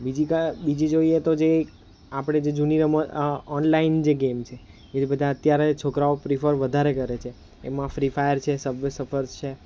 બીજી કા બીજી જોઈએ તો જે આપણે જે જૂની રમત ઓનલાઇન જે ગેમ છે એ બધા અત્યારે છોકરાઓ પ્રિફર વધારે કરે છે એમાં ફ્રી ફાયર છે સબવે સફર્સ છે